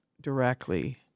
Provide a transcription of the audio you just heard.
directly